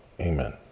Amen